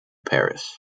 paris